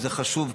שזה חשוב,